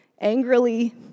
angrily